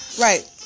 right